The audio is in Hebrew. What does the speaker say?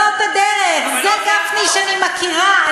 זאת הדרך, זה גפני שאני מכירה.